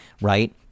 right